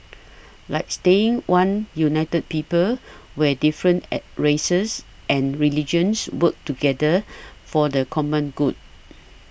like staying one united people where different at races and religions work together for the common good